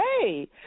hey